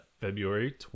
February